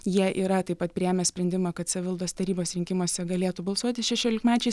jie yra taip pat priėmę sprendimą kad savivaldos tarybos rinkimuose galėtų balsuoti šešiolikmečiai